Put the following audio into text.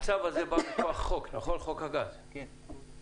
הצו הזה בא מכוח חוק הגז, נכון?